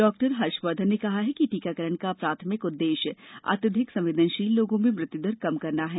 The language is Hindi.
डॉक्टर हर्षवर्धन ने कहा कि टीकाकरण का प्राथमिक उद्देश्य अत्यधिक संवेदनशील लोगों में मृत्यु दर कम करना है